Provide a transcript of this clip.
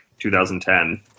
2010